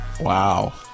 Wow